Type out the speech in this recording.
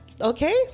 okay